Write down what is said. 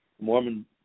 Mormon